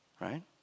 right